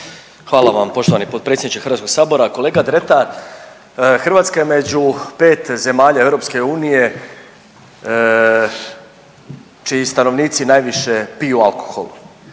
Hvala vam poštovani potpredsjedniče HS. Kolega Dretar, Hrvatska je među 5 zemalja EU čiji stanovnici najviše piju alkohol.